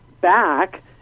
back